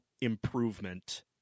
improvement